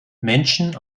menschen